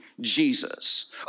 Jesus